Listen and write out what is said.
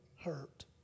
hurt